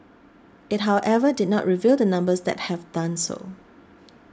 it however did not reveal the numbers that have done so